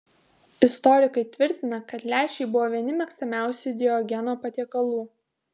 istorikai tvirtina kad lęšiai buvo vieni mėgstamiausių diogeno patiekalų